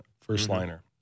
first-liner